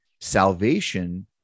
salvation